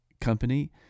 Company